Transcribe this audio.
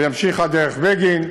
וימשיך עד דרך בגין,